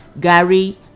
Gary